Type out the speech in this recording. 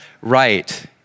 right